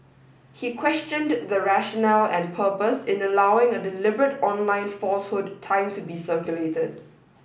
he questioned the rationale and purpose in allowing a deliberate online falsehood time to be circulated